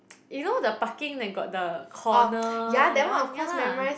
you know the parking that got the corner that one ya lah